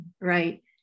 right